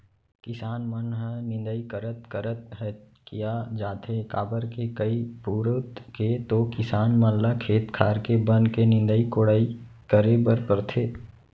किसान मन ह निंदई करत करत हकिया जाथे काबर के कई पुरूत के तो किसान मन ल खेत खार के बन के निंदई कोड़ई करे बर परथे